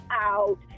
out